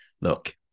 Look